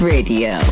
Radio